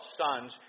sons